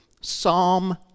Psalm